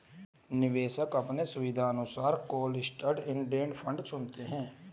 निवेशक अपने सुविधानुसार क्लोस्ड इंडेड फंड चुनते है